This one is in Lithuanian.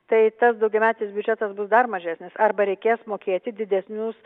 tai tas daugiametis biudžetas bus dar mažesnis arba reikės mokėti didesnius